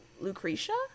lucretia